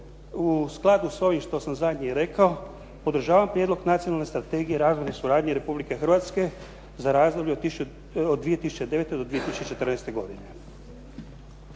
U skladu s ovim što sam zadnje rekao, podržavam prijedlog Nacionalne strategije razvojne suradnje Republike Hrvatske za razdoblje od 2009. do 2014. godine.